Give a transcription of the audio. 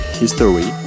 history